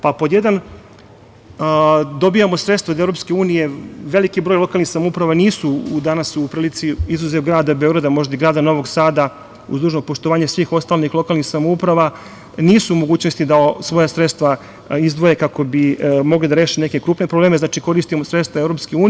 Pa, pod jedan, dobijamo sredstva od EU, veliki broj lokalnih samouprava nisu danas u prilici, izuzev grada Beograda, možda i grada Novog Sada, uz dužno poštovanje svih ostalih lokalnih samouprava, nisu u mogućnosti da svoja sredstva izdvoje, kako bi mogli da reše neke krupne probleme, znači koristimo sredstva EU.